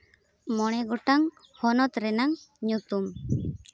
ᱢᱚᱬᱮ ᱜᱚᱴᱟᱱ ᱦᱚᱱᱚᱛ ᱨᱮᱱᱟᱝ ᱧᱩᱛᱩᱢ